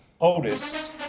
Otis